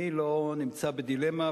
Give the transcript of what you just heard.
אני לא נמצא בדילמה,